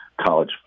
college